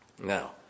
Now